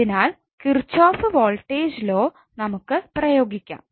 അതിനാൽ Kirchhoff voltage law നമുക്ക് പ്രയോഗിക്കാം